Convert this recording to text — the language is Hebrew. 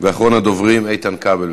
אחרון הדוברים, איתן כבל.